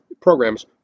programs